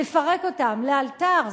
לפרק אותם לאלתר,